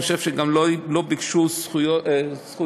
אני חושב שגם לא ביקשו זכות דיבור.